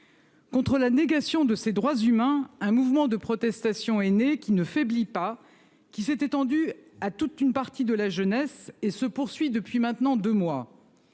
Contre la négation de ses droits humains, un mouvement de protestation aînée qui ne faiblit pas. Qui s'est étendu à toute une partie de la jeunesse et se poursuit depuis maintenant 2 mois.